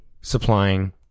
supplying